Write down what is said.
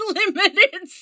limited